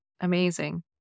Amazing